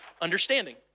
understanding